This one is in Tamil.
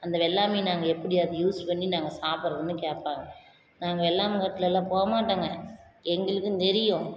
அந்த வெள்ளாமையை நாங்கள் எப்படி அது யூஸ் பண்ணி நாங்கள் சாப்பிட்றதுன்னு கேட்பாங்க நாங்கள் வெள்ளாமை காட்டில் எல்லாம் போக மாட்டோம்ங்க எங்களுக்கும் தெரியும்